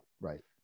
right